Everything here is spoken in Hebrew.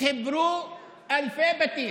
חיברו אלפי בתים.